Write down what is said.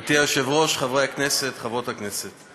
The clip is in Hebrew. גברתי היושבת-ראש, חברי הכנסת, חברות הכנסת,